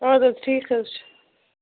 آد حظ ٹھیٖک حظ چھِ